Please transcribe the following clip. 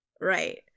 Right